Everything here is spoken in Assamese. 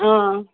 অ